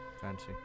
Fancy